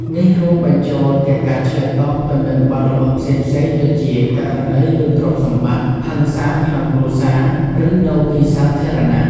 នេះរួមបញ្ចូលទាំងការឆ្លើយតបទៅនឹងបទល្មើសផ្សេងៗដូចជាករណីលួចទ្រព្យសម្បត្តិ ហិង្សាក្នុងគ្រួសារ ឬនៅទីសាធារណៈ។